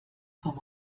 vom